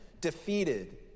defeated